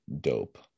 Dope